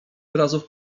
wyrazów